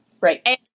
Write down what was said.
Right